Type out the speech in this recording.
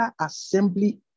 assembly